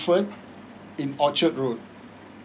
in orchard road